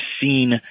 seen